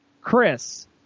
Chris